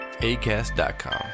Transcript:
ACAST.com